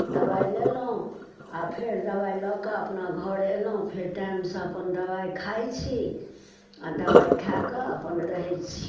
दबाइ लेलहुँ आ फेर दबाइ लऽ कऽ अपना घर एलहुँ फेर टाइमसँ अपन दबाइ खाइत छी आ दबाइ खाय कऽ अपन रहैत छी